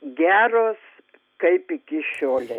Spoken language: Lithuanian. geros kaip iki šiolei